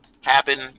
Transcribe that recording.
happen